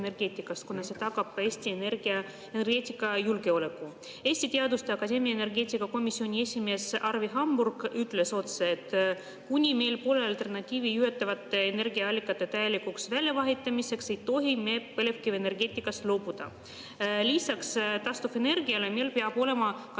kuna see tagab Eesti energeetikajulgeoleku. Eesti Teaduste Akadeemia energeetikakomisjoni esimees Arvi Hamburg ütles otse, et kuni meil pole alternatiivi juhitavate energiaallikate täielikuks väljavahetamiseks, ei tohi me põlevkivienergeetikast loobuda. Lisaks taastuvenergiale peab meil olema ka